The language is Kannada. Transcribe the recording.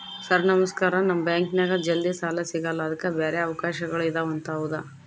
ಸರ್ ನಮಸ್ಕಾರ ನಮಗೆ ಬ್ಯಾಂಕಿನ್ಯಾಗ ಜಲ್ದಿ ಸಾಲ ಸಿಗಲ್ಲ ಅದಕ್ಕ ಬ್ಯಾರೆ ಅವಕಾಶಗಳು ಇದವಂತ ಹೌದಾ?